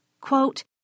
Quote